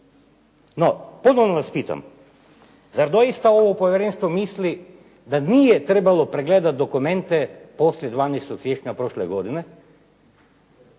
No, ponovno vas pitam. Zar doista ovo povjerenstvo misli da nije trebalo pregledati dokumente poslije 12. siječnja prošle godine